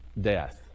death